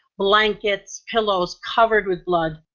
blankets, pillows covered with blood